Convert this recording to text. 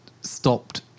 stopped